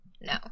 no